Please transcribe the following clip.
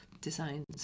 designs